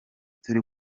turi